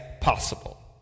possible